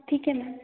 ठीक है मैम